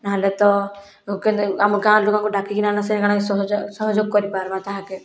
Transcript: ନହେଲେ ତ କେମତି ଆମ ଗାଁର ଲୋକଙ୍କୁ ଡାକିକିନା ସେ କାଣା କି ସହଯୋଗ୍ ସହଯୋଗ୍ କରିପାର୍ବା ତାହାକେ